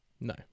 no